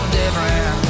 different